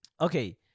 okay